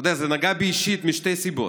אתה יודע, זה נגע בי אישית משתי סיבות,